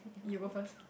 you go first